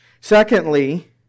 Secondly